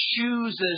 chooses